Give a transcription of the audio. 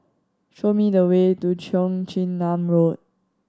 show me the way to Cheong Chin Nam Road